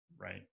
right